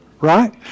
right